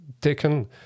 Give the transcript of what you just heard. taken